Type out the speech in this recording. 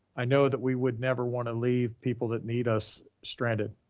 i know that we would never wanna leave people that need us stranded.